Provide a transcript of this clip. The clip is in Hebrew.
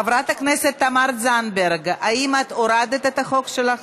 חברת הכנסת תמר זנדברג, האם את הורדת את החוק שלך?